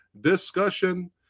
discussion